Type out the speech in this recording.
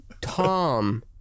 Tom